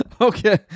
okay